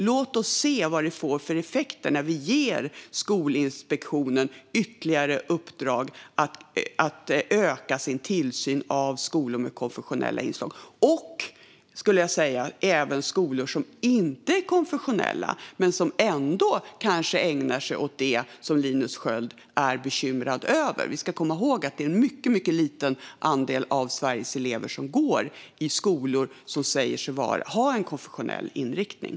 Låt oss se vad det får för effekter när vi ger Skolinspektionen ytterligare uppdrag att öka sin tillsyn av skolor med konfessionella inslag och skolor som inte är konfessionella men ändå kanske ägnar sig åt det som Linus Sköld är bekymrad över. Vi ska komma ihåg att en mycket liten andel av Sveriges elever går i skolor som säger sig ha en konfessionell inriktning.